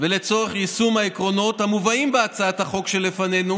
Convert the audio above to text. לצורך יישום העקרונות המובאים בהצעת החוק שלפנינו